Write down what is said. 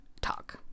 talk